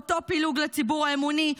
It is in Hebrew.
אותו פילוג לציבור האמוני,